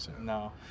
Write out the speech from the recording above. No